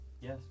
Yes